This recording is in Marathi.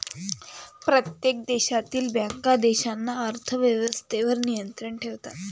प्रत्येक देशातील बँका देशाच्या अर्थ व्यवस्थेवर नियंत्रण ठेवतात